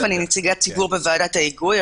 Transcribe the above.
ואני נציגת ציבור בוועדת ההיגוי.